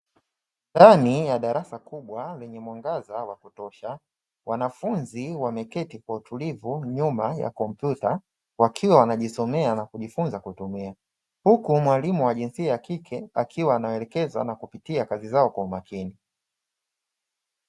Ndani ya darasa kubwa lenye mwangaza wa kutosha, wanafunzi wameketi kwa utulivu nyuma ya kompyuta wakiwa wajisomea na kujifunza kutumia, huku mwalimu wa jinsia ya kike akiwa anawaelekeza na kupitia kazi zao kwa makini.